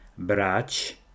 brać